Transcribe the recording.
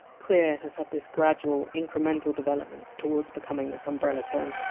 queer! has had this gradual, incremental development towards becoming this umbrella term,